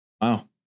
Wow